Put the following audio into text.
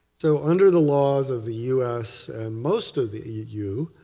so under the laws of the us and most of the eu